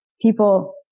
people